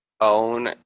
own